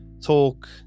talk